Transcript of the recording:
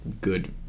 good